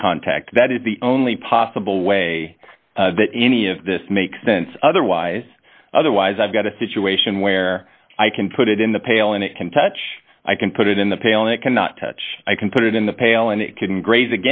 with contact that is the only possible way that any of this makes sense otherwise otherwise i've got a situation where i can put it in the pail and it can touch i can put it in the pail and it cannot touch i can put it in the pail and it can gra